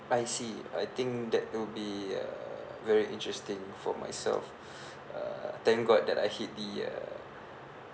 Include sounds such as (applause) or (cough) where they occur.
I see I think that would be uh very interesting for myself (breath) uh thank god that I hit the uh